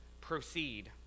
Proceed